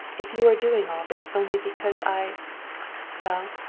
if you are doing all this only because i well,